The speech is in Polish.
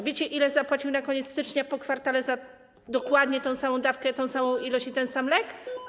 Wiecie, ile zapłacił na koniec stycznia po kwartale za dokładnie tę samą dawkę, tę samą ilość i ten sam lek?